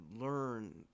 learn